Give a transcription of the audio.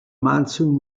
monsoon